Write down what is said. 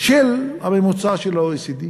של הממוצע של ה-OECD,